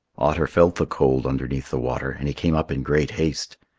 otter felt the cold underneath the water and he came up in great haste.